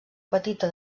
petita